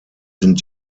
sind